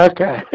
Okay